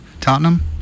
Tottenham